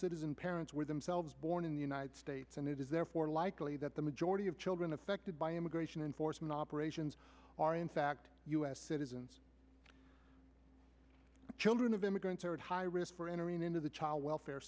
citizen parents were themselves born in united states and it is therefore likely that the majority of children affected by immigration enforcement operations are in fact u s citizens the children of immigrants are at high risk for entering into the child welfare